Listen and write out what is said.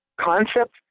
concept